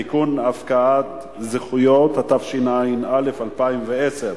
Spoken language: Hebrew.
(תיקון הפקעת זכויות), התש"ע 2010,